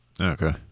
Okay